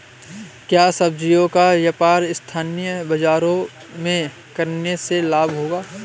क्या सब्ज़ियों का व्यापार स्थानीय बाज़ारों में करने से लाभ होगा?